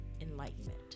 enlightenment